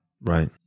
right